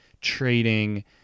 trading